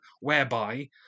whereby